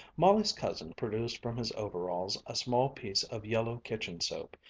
molly's cousin produced from his overalls a small piece of yellow kitchen-soap,